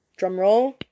drumroll